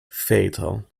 fatal